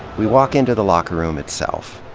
we walk into the locker room itself.